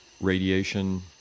radiation